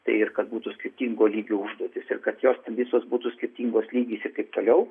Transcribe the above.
tai ir kad būtų skirtingo lygio užduotys ir kad jos ten visos būtų skirtingos lygis ir taip toliau